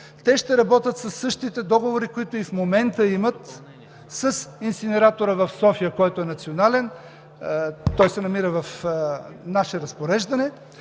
Те ще работят със същите договори, които и в момента имат с инсинератора в София, който е национален и се намира на наше разпореждане,